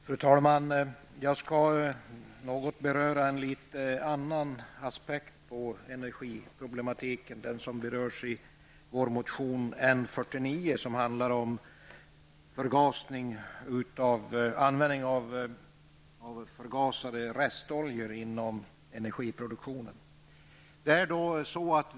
Fru talman! Jag skall beröra en något annorlunda aspekt på energiproblematiken. Denna aspekt tas upp i vår motion N49, som handlar om användning av förgasade restoljor inom energiproduktionen.